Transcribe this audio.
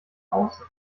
außen